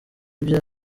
bya